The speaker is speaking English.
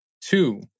Two